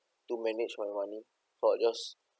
to manage my money for just